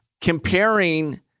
comparing